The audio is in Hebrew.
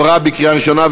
התשע"ו 2016,